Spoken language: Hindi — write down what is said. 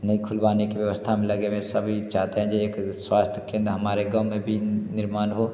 नई खुलवाने कि व्यवस्था में लगे हुए हैं सभी चाहते हैं जो एक स्वास्थ्य केंद्र हमारे गाँव में भी निर्मान हो